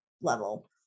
level